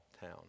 town